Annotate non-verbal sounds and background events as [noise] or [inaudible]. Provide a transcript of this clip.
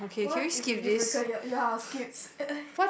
what is a deal breaker ya ya skips [laughs]